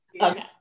Okay